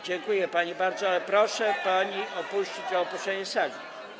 Dziękuję pani bardzo, ale proszę panią o opuszczenie sali.